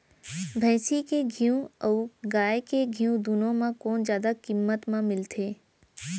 भैंसी के घीव अऊ गाय के घीव दूनो म कोन जादा किम्मत म मिलथे?